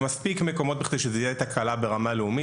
בכדי שזאת תהיה תקלה ברמה הלאומית,